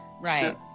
right